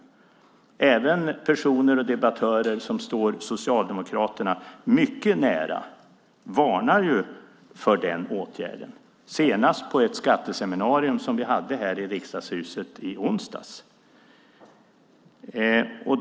Även personer och debattörer som står Socialdemokraterna mycket nära varnar för den åtgärden, senast på ett skatteseminarium som vi hade här i Riksdagshuset i onsdags.